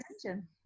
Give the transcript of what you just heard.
attention